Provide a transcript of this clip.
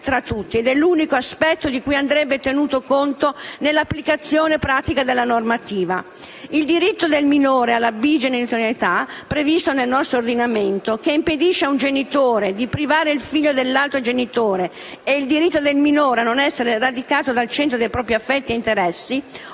ed è l'unico aspetto di cui andrebbe tenuto conto nell'applicazione pratica della normativa. Il diritto del minore alla bigenitorialità, previsto nel nostro ordinamento, che impedisce ad un genitore di privare il figlio dell'altro genitore ed il diritto del minore a non essere sradicato dal centro dei propri affetti ed interessi,